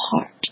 heart